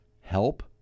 help